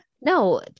No